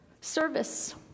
Service